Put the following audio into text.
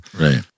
Right